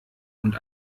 und